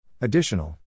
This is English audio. Additional